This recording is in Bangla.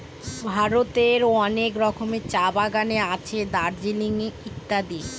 ভারতের অনেক রকমের চা বাগানে আছে দার্জিলিং এ ইত্যাদি